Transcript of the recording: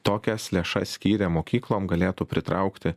tokias lėšas skyrę mokyklom galėtų pritraukti